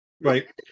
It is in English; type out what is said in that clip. Right